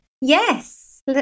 Yes